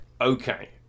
okay